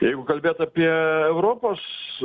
jeigu kalbėt apie europos